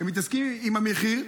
הם מתעסקים עם המחיר.